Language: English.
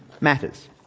matters